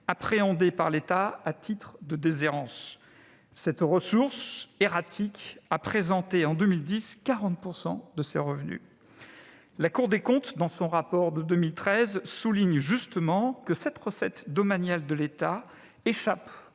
appréhendées par l'État pour cause de déshérence. Cette ressource erratique représentait, en 2010, 40 % de ses revenus. La Cour des comptes, dans son rapport public annuel de 2013, souligne justement que cette recette domaniale de l'État échappe